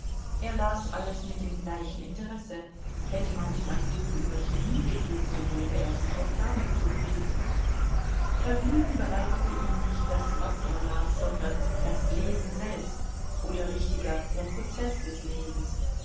er las alles mit dem gleichen interesse hätte man ihm ein buch über chemie gegeben so gäbe er sich auch damit zufrieden vergnügen bereitete ihm nicht das was er las sondern das lesen selbst oder richtiger der prozeß des lesens